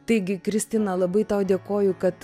taigi kristina labai tau dėkoju kad